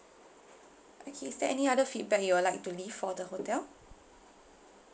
okay is there any other feedback you would like to leave for the hotel